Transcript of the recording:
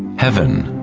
heaven,